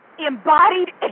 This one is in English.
embodied